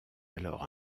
alors